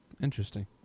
interesting